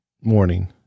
Morning